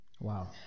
Wow